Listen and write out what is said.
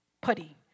putty